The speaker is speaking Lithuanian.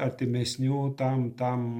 artimesnių tam tam